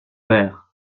père